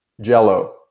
jello